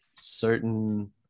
certain